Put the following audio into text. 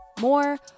More